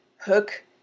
hook